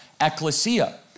ecclesia